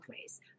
ways